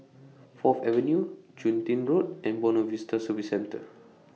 Fourth Avenue Chun Tin Road and Buona Vista Service Centre